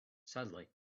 sadly